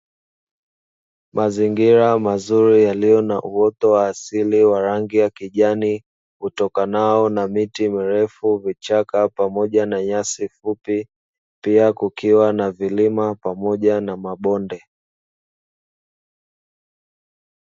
Mazingira mazuri yaliyo na uoto wa asili wa rangi ya kijani utokanao na: miti mirefu, vichaka pamoja na nyasi fupi; pia kukiwa na vilima pamoja na mabonde.